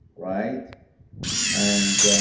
right and